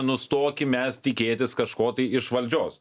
nustokim mes tikėtis kažko tai iš valdžios